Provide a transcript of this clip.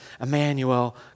Emmanuel